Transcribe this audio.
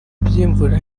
by’imvura